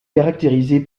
caractérisée